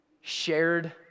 shared